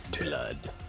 blood